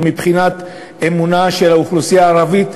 או מבחינת האמונה של האוכלוסייה הערבית,